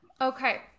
okay